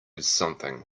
something